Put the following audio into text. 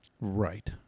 Right